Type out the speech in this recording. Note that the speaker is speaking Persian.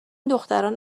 دختران